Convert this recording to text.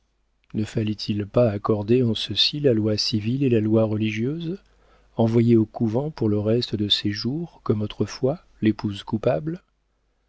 ne fallait-il pas accorder en ceci la loi civile et la loi religieuse envoyer au couvent pour le reste de ses jours comme autrefois l'épouse coupable